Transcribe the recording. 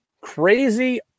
crazy